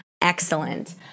Excellent